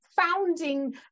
founding